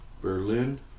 Berlin